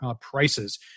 prices